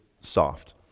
soft